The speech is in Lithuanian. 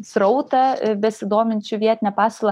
srautą besidominčių vietine pasiūla